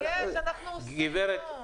אנחנו עושים.